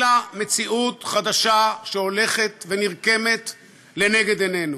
אלא מציאות חדשה שהולכת ונרקמת לנגד עינינו.